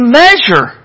measure